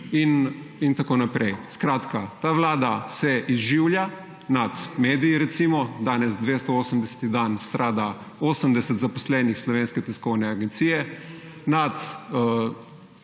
in tako naprej. Ta vlada se izživlja nad mediji − danes 280. dan strada 80 zaposlenih Slovenske tiskovne agencije − nad